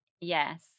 Yes